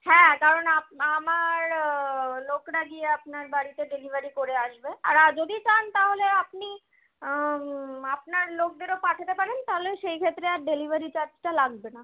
হ্যাঁ কারণ আপ আমার লোকরা গিয়ে আপনার বাড়িতে ডেলিভারি করে আসবে আর আ যদি চান তাহলে আপনি আপনার লোকদেরও পাঠাতে পারেন তাহলে সেই ক্ষেত্রে আর ডেলিভারি চার্জটা লাগবে না